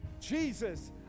Jesus